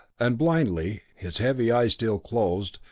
and blindly, his heavy eyes still closed,